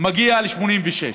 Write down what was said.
מגיע ל-86%.